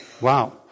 Wow